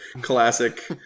classic